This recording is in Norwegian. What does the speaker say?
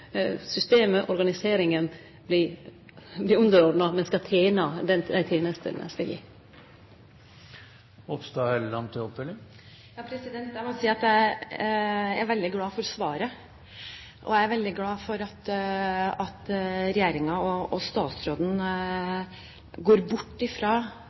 Systemet, organiseringa vert underordna, det skal tene dei tenestene som me skal gi. Jeg er veldig glad for svaret. Jeg er veldig glad for at regjeringen og statsråden går bort